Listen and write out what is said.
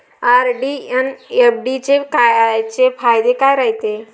RD अन FD चे फायदे काय रायते?